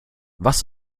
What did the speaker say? was